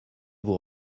vous